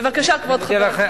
בבקשה, כבוד חבר הכנסת.